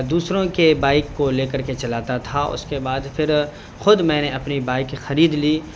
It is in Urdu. دوسروں کے بائک کو لے کر کے چلاتا تھا اس کے بعد پھر خود میں نے اپنی بائک خرید لی